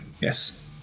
yes